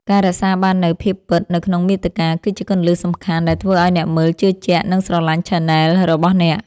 ការរក្សាបាននូវ ភាពពិត នៅក្នុងមាតិកា គឺជាគន្លឹះសំខាន់ដែលធ្វើឱ្យអ្នកមើលជឿជាក់ និងស្រឡាញ់ឆានែលរបស់អ្នក។